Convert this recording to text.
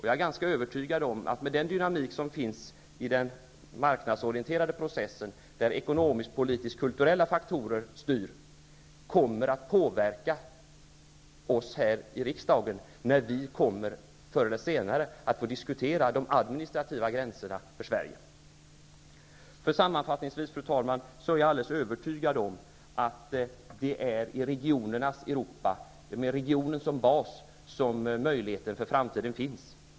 Jag är ganska övertygad om att detta, med den dynamik som finns i den marknadsorienterade processen, där ekonomiskpolitiskt kulturella faktorer styr, kommer att påverka oss här i riksdagen, när vi förr eller senare kommer att få diskutera de administrativa gränserna för Sverige. Fru talman! Sammanfattningsvis: Jag är alldeles övertygad om att det är i regionernas Europa, med regionen som bas, som möjligheterna för framtiden finns.